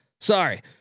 Sorry